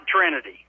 Trinity